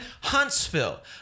Huntsville